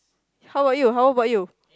how about you how about you